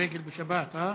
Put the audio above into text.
כדורגל בשבת, הא?